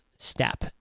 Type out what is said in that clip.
step